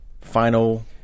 final